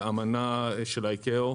האמנה של ה-ICAO,